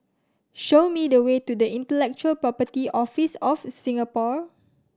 show me the way to Intellectual Property Office of Singapore